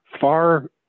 far